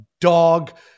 dog